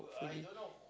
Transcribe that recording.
hopefully